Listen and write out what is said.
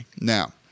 Now